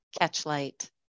Catchlight